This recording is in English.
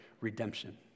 redemption